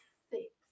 six